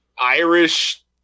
Irish